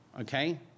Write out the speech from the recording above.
Okay